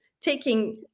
taking